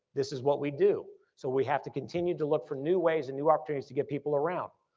this is what we do so we have to continue to look for new ways and new opportunities to get people around.